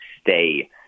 stay